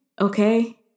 okay